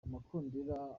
amakondera